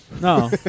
No